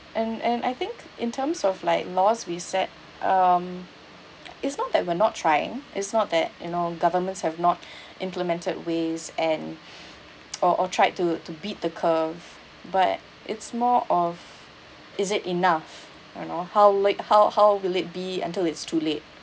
and and I think in terms of like laws we set um it's not that we're not trying it's not that you know governments have not implemented ways and or or tried to to beat the curve but it's more of is it enough you know how late how how will it be until it's too late